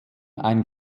ein